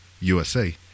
USA